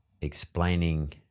explaining